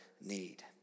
need